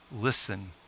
listen